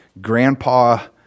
grandpa